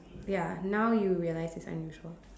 ya now you realize it's unusual